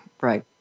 Right